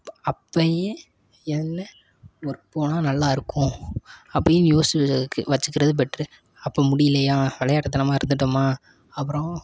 அப் அப்போயே என்ன ஒர்க் போனால் நல்லாயிருக்கும் அப்படின்னு யோசித்து வச்சிக்கிறது பெட்ரு அப்போ முடியலயா விளையாட்டு தனமாக இருந்துட்டோமா அப்புறம்